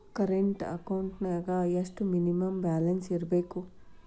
Current ಅಕೌಂಟೆಂನ್ಯಾಗ ಎಷ್ಟ minimum balance ಇರ್ಬೇಕು?